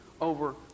over